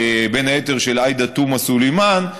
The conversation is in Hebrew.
בין היתר של עאידה תומא סלימאן,